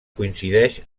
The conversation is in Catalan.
coincideix